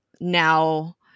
Now